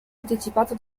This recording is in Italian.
anticipato